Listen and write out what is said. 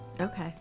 Okay